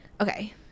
Okay